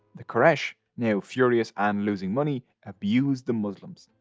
the quraysh, now furious and losing money, abused the muslims,